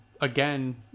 again